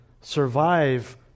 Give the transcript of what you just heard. survive